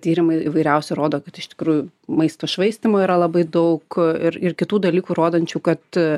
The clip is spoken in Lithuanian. tyrimai įvairiausi rodo kad iš tikrųjų maisto švaistymo yra labai daug ir ir kitų dalykų rodančių kad